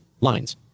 Lines